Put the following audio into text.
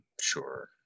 Sure